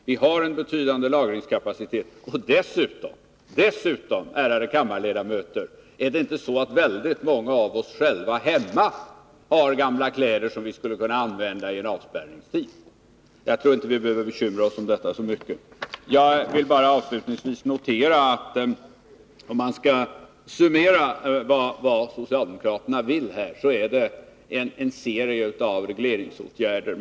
Vi har en betydande lagringskapacitet. Dessutom, ärade kammarledamöter, är det väl så att väldigt många av oss har gamla kläder hemma, som vi skulle kunna använda i en avspärrningstid. Jag tror alltså inte att vi behöver bekymra oss om detta så mycket. Avslutningsvis vill jag notera att om man summerar vad socialdemokraterna vill här, så finner man att det är en serie av regleringsåtgärder.